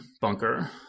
bunker